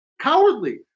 cowardly